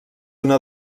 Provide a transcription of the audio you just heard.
una